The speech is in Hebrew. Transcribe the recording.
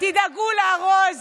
תדאגו לארוז